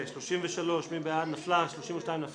אין הרביזיה על סעיף 33 לא נתקבלה.